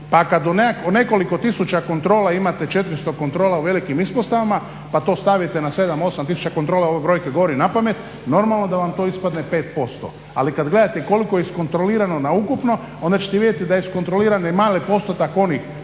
Pa kad u nekoliko tisuća kontrola imate 400 kontrola u velikim ispostavama pa to stavite na 7, 8 tisuća kontrola, ove brojke govorim napamet, normalno da vam to ispadne 5%. Ali kad gledate koliko je iskontrolirano na ukupno onda ćete vidjeti da je iskontrolirano i mali postotak onih